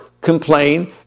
complain